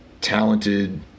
talented